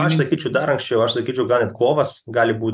aš sakyčiau dar anksčiau aš sakyčiau gal kovas gali būt